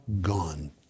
gone